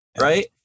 Right